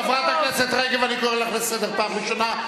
חברת הכנסת רגב, אני קורא אותך לסדר פעם ראשונה.